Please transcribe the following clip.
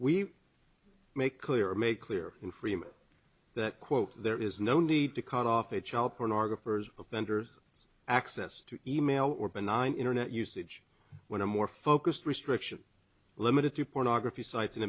we make clear make clear in freeman that quote there is no need to cut off a child pornographers offender access to email or benign internet usage when a more focused restriction limited to pornography sites and